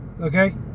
okay